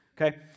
Okay